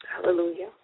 Hallelujah